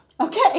Okay